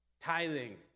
tithing